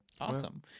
Awesome